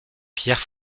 pierre